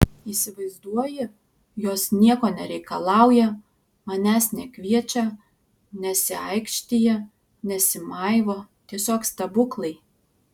įsivaizduoji jos nieko nereikalauja manęs nekviečia nesiaikštija nesimaivo tiesiog stebuklai